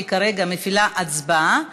אני כרגע מפעילה את ההצבעה.